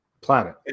Planet